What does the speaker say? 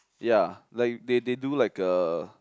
ya like they they do like a